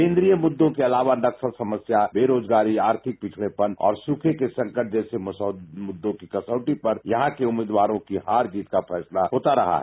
केंद्रीय मुद्दों के अलावा नक्सल समस्या बेरोजगारी आर्थिक पिछडापन और सूखे के संकट जैसे मुद्दों की कसौटी पर यहां उम्मीदवारों की हार जीत का फैसला होता रहा है